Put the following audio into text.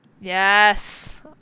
Yes